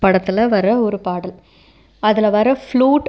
படத்தில் வர ஒரு பாடல் அதில் வர ஃப்லூட்